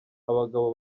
abagabo